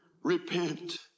Repent